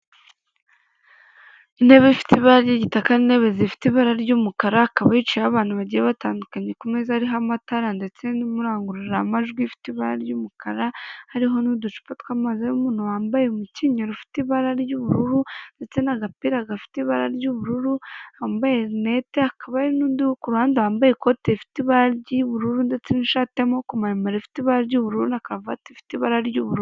Intebe ifite ibara ry'igitaka intebe zifite ibara ry'umukara akaba yicayeho abantu bagiye batandu ku meza ariho amatara ndetse n'umurangururamajwifite ibara ry'umukara hariho n'uducupa tw'amazi y'umuntu wambaye umukinyero rufite ibara ry'ubururu ndetse n'agapira gafite ibara ry'ubururu ambayenete akaba n'udu kuru ruhande wambaye ikoti rifite ibara ry'ubururu ndetse n'ishatiama ku marima rifite ibara ry'ubururu na karuvati ifite ibara ry'uburu.